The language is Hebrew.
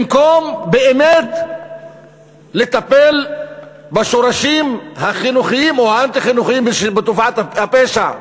במקום לטפל באמת בשורשים החינוכיים או האנטי-חינוכיים של תופעת הפשע,